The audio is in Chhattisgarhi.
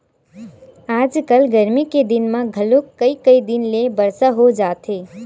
आजकल गरमी के दिन म घलोक कइ कई दिन ले बरसा हो जाथे